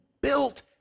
built